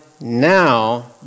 now